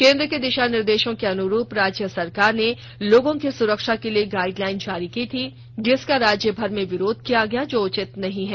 केंद्र के दिशा निर्देशों के अनुरूप राज्य सरकार ने लोगों की सुरक्षा के लिए गाइडलाइन जारी की थी जिसका राज्यभर में विरोध किया गया जो उचित नहीं है